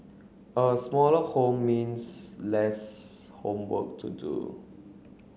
a smaller home means less homework to do